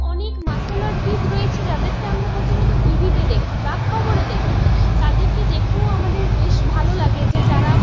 অনেক মার্সাল আর্টবিদ রয়েছে যাদেরকে আমরা প্রথমত টিভিতে দেখি বা খবরে দেখি তাদেরকে দেখেও আমাদের বেশ ভালো লাগে যে যারা